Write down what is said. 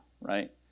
right